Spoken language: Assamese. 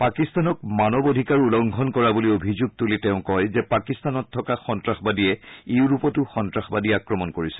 পাকিস্তানক মানৱ অধিকাৰ উলংঘন কৰা বুলি অভিযোগ তুলি তেওঁ কয় যে পাকিস্তানত থকা সন্নাসবাদীয়ে ইউৰোপতো সন্নাসবাদী আক্ৰমণ কৰিছে